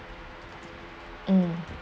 uh